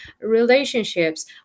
relationships